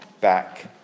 back